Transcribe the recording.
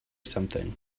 something